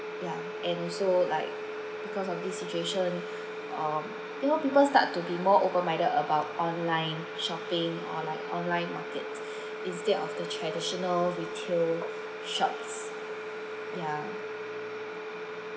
ya and also like because of this situation um you know people start to be more open minded about online shopping on like online market instead of the traditional retail shops ya